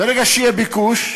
ברגע שיהיה ביקוש,